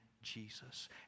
jesus